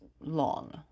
long